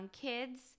kids